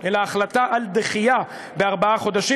אלא החלטה על דחייה בארבעה חודשים.